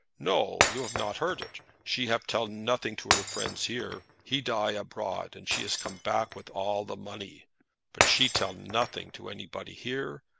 no you have not heard it. she have tell nothing to her friends here. he die abroad, and she has come back with all the money but she tell nothing to anybody here,